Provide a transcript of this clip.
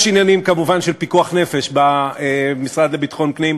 יש כמובן עניינים של פיקוח נפש במשרד לביטחון הפנים,